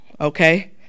Okay